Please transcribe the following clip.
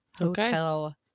Hotel